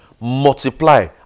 Multiply